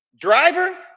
driver